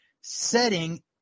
setting